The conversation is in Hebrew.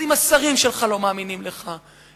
אז אם השרים שלך לא מאמינים לך,